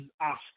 Oscar